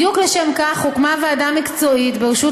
בדיוק לשם כך הוקמה ועדה מקצועית בראשות